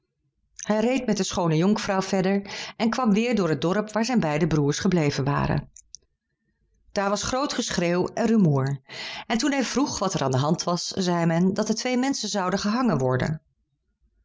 hij reed met de schoone jonkvrouw verder en kwam weer door het dorp waar zijn beide broers gebleven waren daar was groot geschreeuw en rumoer en toen hij vroeg wat er aan de hand was zeide men dat er twee menschen zouden gehangen worden